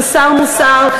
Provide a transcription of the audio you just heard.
חסר מוסר,